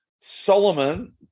Solomon